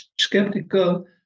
skeptical